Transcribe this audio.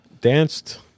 Danced